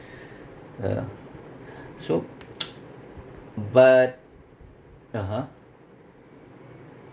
ya so but (uh huh)